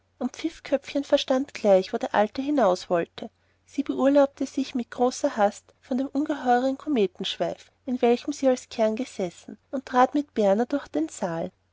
und pfiffköpfchen verstand gleich wo der gute alte hinaus wollte sie beurlaubte sich also mit großer hast von dem ungeheuern kometenschweif in welchem sie als kern gesessen und ging mit berner durch den saal